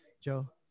Joe